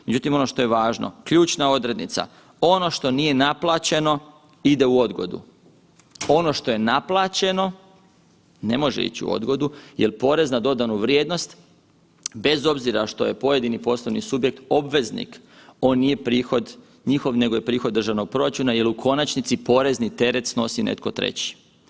Međutim ono što je važno ključna odrednica, ono što nije naplaćeno ide o odgodu, ono što je naplaćeno ne može ići u odgodu jel porez na dodanu vrijednost bez obzira što je pojedini poslovni subjekt obveznik, on nije prihod njihov nego je prihod državnog proračuna jer u konačnici porezni teret snosi netko treći.